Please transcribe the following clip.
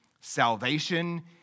Salvation